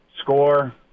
score